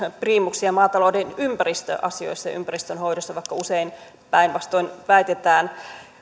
priimuksia maatalouden ympäristöasioissa ja ympäristön hoidossa vaikka usein päinvastoin väitetään